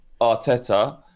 Arteta